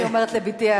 אני אומרת לבתי.